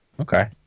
okay